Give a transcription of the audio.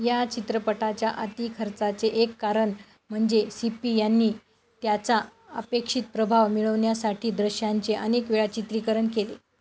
या चित्रपटाच्या अति खर्चाचे एक कारण म्हणजे सिप्पी यांनी त्याचा अपेक्षित प्रभाव मिळवण्यासाठी दृश्यांचे अनेक वेळा चित्रीकरण केले